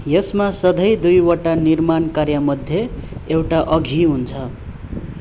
यसमा सधैँ दुईवटा निर्माण कार्यमध्ये एउटा अघि हुन्छ